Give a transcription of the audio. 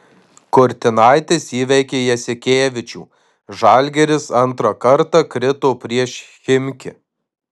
kurtinaitis įveikė jasikevičių žalgiris antrą kartą krito prieš chimki